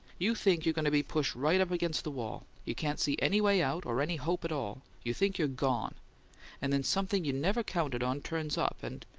you think you're going to be pushed right up against the wall you can't see any way out, or any hope at all you think you're gone and then something you never counted on turns up and,